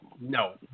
no